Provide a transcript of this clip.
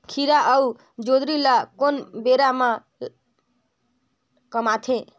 खीरा अउ जोंदरी ल कोन बेरा म कमाथे?